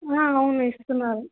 అవును ఇస్తున్నారు